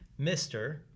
Mr